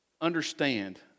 understand